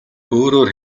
өөрөөр